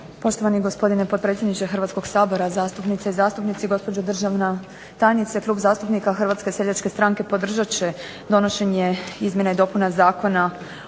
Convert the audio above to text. Poštovani gospodine potpredsjedniče Hrvatskog sabora, zastupnice i zastupnici, gospođo državna tajnice. Klub zastupnika HSS-a podržat će donošenje izmjena i dopuna Zakona